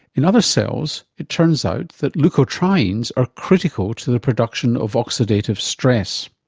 in other cells, it turns out that leukotrienes are critical to the production of oxidative stress.